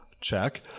check